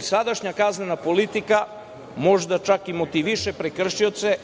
Sadašnja kaznena politika možda čak i motiviše prekršioce,